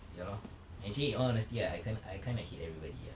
ya lor actually in all honesty ah I kind o~ I kind of hate everybody ah